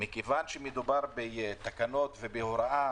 כיוון שמדובר בתקנות ובהוראה